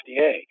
FDA